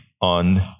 on